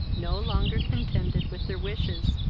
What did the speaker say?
no longer contended with their wishes,